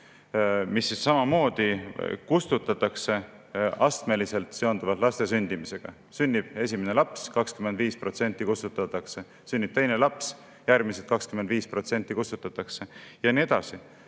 mis samamoodi kustutatakse astmeliselt, seonduvalt laste sündimisega. Sünnib esimene laps, 25% kustutatakse, sünnib teine laps, järgmised 25% kustutatakse, ja nii edasi.